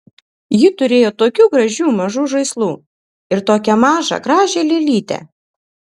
ji turėjo tokių gražių mažų žaislų ir tokią mažą gražią lėlytę